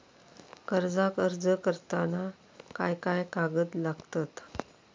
कर्जाक अर्ज करताना काय काय कागद लागतत?